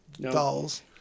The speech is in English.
Dolls